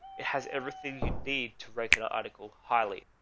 it has everything you did to rake it out article highly